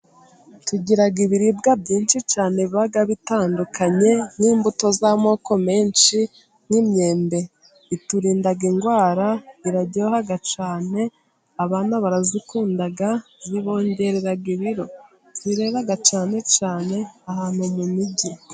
Tugira ibiribwa byinshi cyane biba bitandukanye, n'imbuto z'amoko menshi nk'imyembe iturinda indwara iraryoha cyane, abana barayikunda zibongera ibiro zirera cyane cyane ahantu mu mijyi.